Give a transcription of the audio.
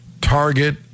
Target